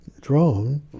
drone